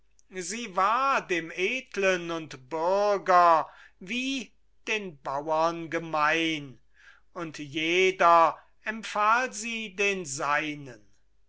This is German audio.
sie war dem edlen und bürger wie den bauern gemein und jeder empfahl sie den seinen